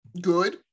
good